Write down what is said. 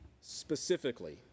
specifically